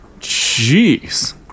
Jeez